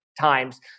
times